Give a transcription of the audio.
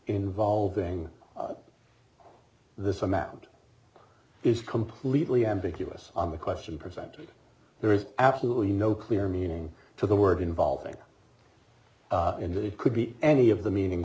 involving this amount is completely ambiguous on the question presented there is absolutely no clear meaning to the word involving in that it could be any of the meaning